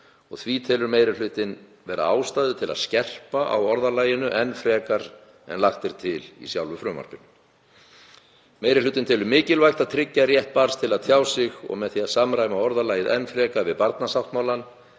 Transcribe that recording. og því telur meiri hlutinn vera ástæðu til að skerpa á orðalaginu enn frekar en lagt er til í frumvarpinu. Meiri hlutinn telur mikilvægt að tryggja rétt barns til að tjá sig og með því að samræma orðalagið enn frekar við barnasáttmálann